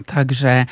Także